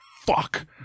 Fuck